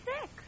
sick